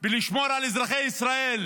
בלשמור על אזרחי ישראל